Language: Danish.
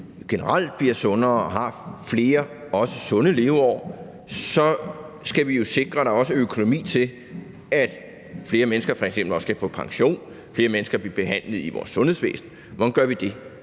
generelt bliver sundere og også har flere sunde leveår, skal vi jo sikre, at der også er økonomi til, at flere mennesker f.eks. også kan få pension, at flere mennesker kan blive behandlet i vores sundhedsvæsen. Hvordan gør vi det?